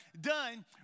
done